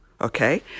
okay